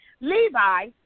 Levi